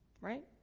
right